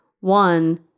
One